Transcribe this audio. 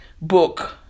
book